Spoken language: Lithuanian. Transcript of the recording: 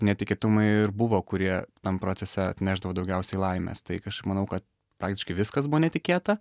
netikėtumai ir buvo kurie tam procese atnešdavo daugiausiai laimės tai kažkaip manau ka praktiškai viskas buvo netikėta